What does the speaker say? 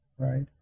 Right